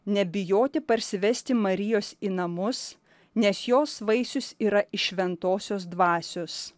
nebijoti parsivesti marijos į namus nes jos vaisius yra iš šventosios dvasios